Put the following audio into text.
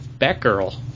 Batgirl